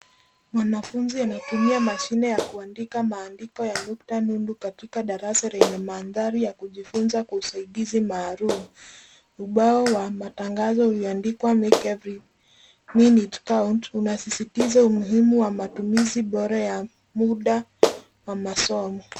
Mwanafunzi anatumia mashine ya kuandika maandiko ya nukta nundu katika darasa yenye mandhari ya kujifunza kwa usaidizi maalum. Ubao wa matangazo umeandikwa make every minute count unasisitiza umuhimu wa matumizi bora ya muda wa masomo.